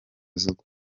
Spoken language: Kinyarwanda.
z’uku